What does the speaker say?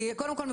קודם כול,